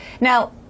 Now